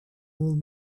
old